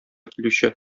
килүче